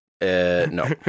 no